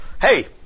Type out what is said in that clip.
hey